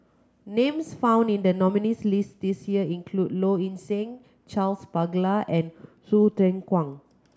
names found in the nominees' list this year include Low Ing Sing Charles Paglar and Hsu Ten Kwang